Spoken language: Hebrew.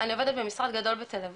אני עובדת במשרד גדול בתל אביב.